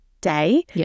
day